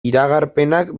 iragarpenak